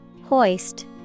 Hoist